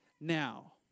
now